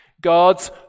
God's